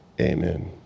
Amen